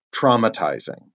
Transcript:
traumatizing